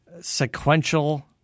sequential